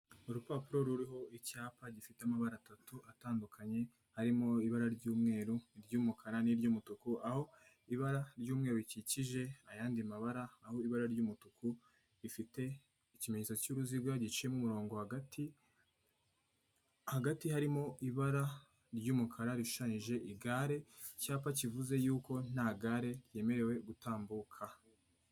Urupapuro ruriho icyapa gifite amabara atatu atandukanye, harimo ibara ry'umweru iry'umukara n'iry'umutuku, aho ibara ry'umweru rikikije ayandi mabara aho ibara ry'umutuku rifite ikimenyetso cy'uruziga giciyemo umurongo hagati, hagati harimo ibara ry'umukara rishushanyije igare icyapa kivuze yuko nta gare ryemerewe gutambuka.